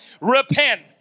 Repent